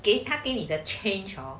给他给你的 change hor